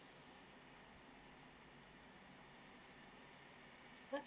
what's